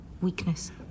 Weakness